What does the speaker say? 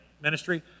Ministry